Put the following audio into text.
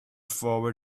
forward